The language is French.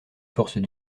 forces